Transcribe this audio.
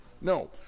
No